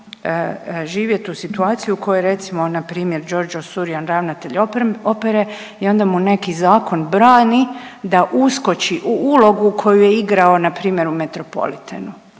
živjet u situaciju koju recimo npr. Giorgio Surian ravnatelj opere i onda mu neki zakon brani da uskoči u ulogu koju je igrao npr. u Metropolitanu.